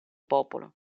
popolo